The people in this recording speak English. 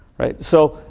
right. so,